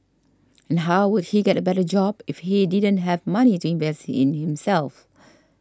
and how would he get a better job if he didn't have money to invest in himself